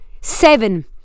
seven